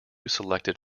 selected